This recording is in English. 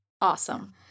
Awesome